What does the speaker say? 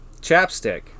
chapstick